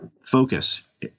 focus